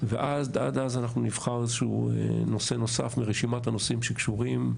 ועד אז אנחנו נבחר איזשהו נושא נוסף מרשימת הנושאים שקשורים,